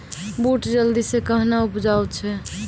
बूट जल्दी से कहना उपजाऊ छ?